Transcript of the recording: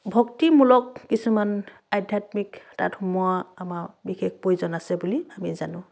ভক্তিমূলক কিছুমান আধ্যাত্মিক তাত সোমোৱা আমাৰ বিশেষ প্ৰয়োজন আছে বুলি আমি জানো